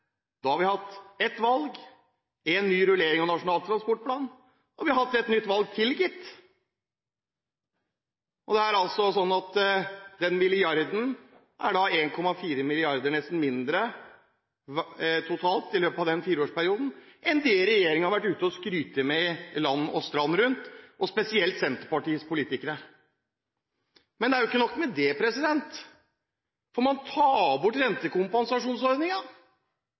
Da er vi nesten 1,4 mrd. kr på etterskudd etter fire år. Da har vi hatt et valg, en ny rullering av Nasjonal transportplan, og vi har hatt et valg til, gitt. Da er det sånn at de milliardene er nesten 1,4 mrd. kr mindre totalt i løpet av den fireårsperioden enn det regjeringen har vært ute og skrytt av land og strand rundt, spesielt Senterpartiets politikere. Men ikke nok med det: Man tar bort